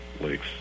lakes